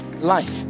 life